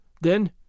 Then